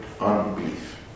unbelief